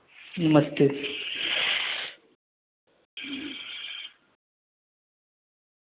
नमस्ते